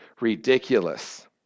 ridiculous